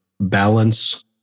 balance